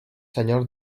senyors